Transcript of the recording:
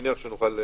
כל